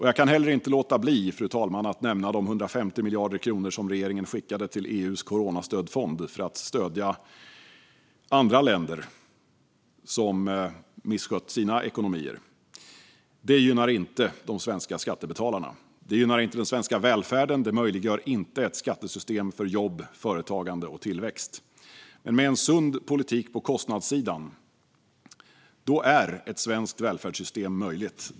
Jag kan heller inte låta bli, fru talman, att nämna de 150 miljarder kronor som regeringen skickade till EU:s coronafond för att stödja andra länder som misskött sina ekonomier. Det gynnar inte de svenska skattebetalarna. Det gynnar inte den svenska välfärden. Det möjliggör inte ett skattesystem för jobb, företagande och tillväxt. Med en sund politik på kostnadssidan är ett svenskt välfärdssystem möjligt.